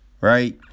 right